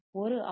1 R